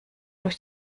durch